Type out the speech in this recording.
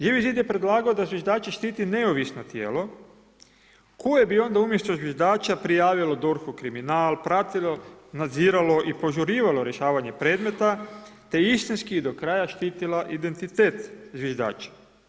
Živi zid je predlagao da zviždači štiti neovisno tijelo koje bi onda umjesto zviždača prijavilo DORH-u kriminal, pratilo, nadziralo i požurivalo rješavanje predmeta te istinski i do kraja štitilo identitet zviždača.